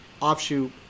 offshoot